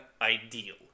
ideal